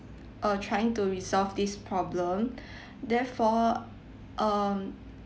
uh trying to resolve this problem therefore um